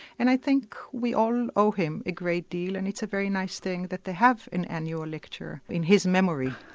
and i think we all owe him a great deal and it's a very nice thing that they have an annual lecture in his memory.